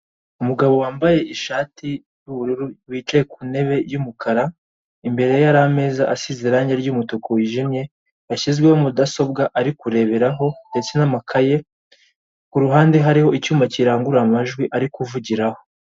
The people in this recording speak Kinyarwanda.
Umugabo wambaye ishati y'ubururu wicaye ku ntebe y'umukara, imbere ye hari ameza asize irange ry'umutuku wijimye, yashyizweho mudasobwa ari kureberaho ndetse n'amakaye, ku ruhande hariho icyuma kirangurura amajwi ari kuvugiraho.